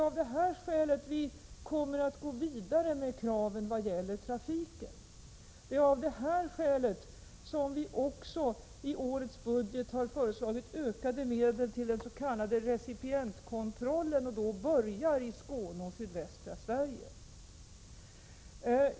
Av det skälet kommer vi att gå vidare med kraven vad gäller trafik och har också i årets budget föreslagit ökade medel till den s.k. recipientkontrollen och börjar då med Skåne och sydvästra Sverige.